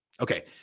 Okay